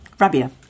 Rabia